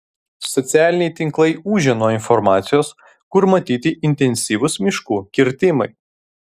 socialiniai tinklai ūžia nuo informacijos kur matyti intensyvūs miškų kirtimai